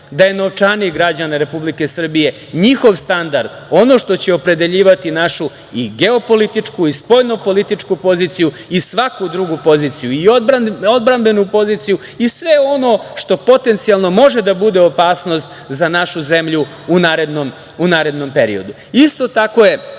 da je novčanik građana Republike Srbije, njihov standard ono što će opredeljivati našu i geopolitičku i spoljnopolitičku poziciju i svaku drugu poziciju i odbrambenu poziciju i sve ono što potencijalno može da bude opasnost za našu zemlju u narednom periodu. Isto tako je